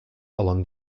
along